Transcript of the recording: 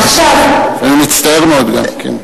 לפעמים אני מצטער מאוד גם.